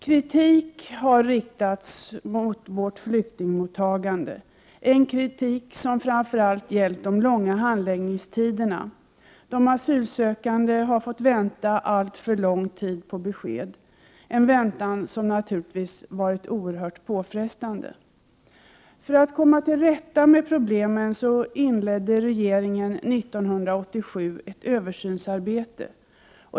Kritik har riktats mot vårt flyktingmottagande, framför allt när det har gällt de långa handläggningstiderna. De asylsökande har fått vänta alltför lång tid på besked — en väntan som naturligtvis har varit oerhört påfrestande. För att komma till rätta med problemen inledde regeringen 1987 ett översynsarbete.